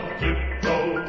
tiptoe